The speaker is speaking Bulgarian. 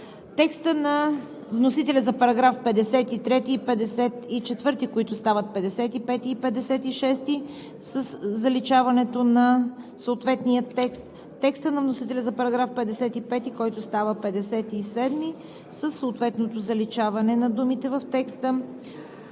текста на вносителя за § 53 и § 54, които стават § 55 и § 56 със заличаването на съответния текст; текста на вносителя за § 55, който става § 57 със съответното заличаване на думите в текста;